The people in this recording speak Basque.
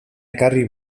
ekarri